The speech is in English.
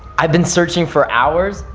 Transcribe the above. i've been searching for hours,